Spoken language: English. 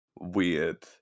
weird